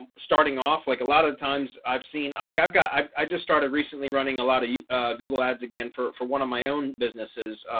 um starting off like a lot of of times i've seen i've got got i just started recently running a lot of google ads again for for one of my own businesses.